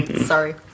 Sorry